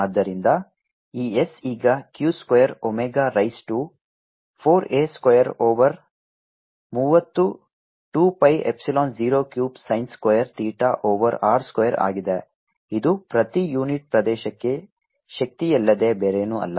ಆದ್ದರಿಂದ ಈ s ಈಗ q square omega raise to 4 a square over ಮೂವತ್ತು 2 pi ಎಪ್ಸಿಲಾನ್ 0 c cube sin square theta over r square ಆಗಿದೆ ಇದು ಪ್ರತಿ ಯೂನಿಟ್ ಪ್ರದೇಶಕ್ಕೆ ಶಕ್ತಿಯಲ್ಲದೆ ಬೇರೇನೂ ಅಲ್ಲ